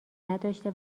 نداشته